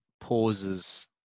pauses